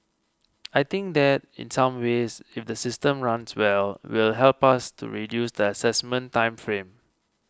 I think that in some ways if the system runs well will help us to reduce the assessment time frame